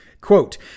quote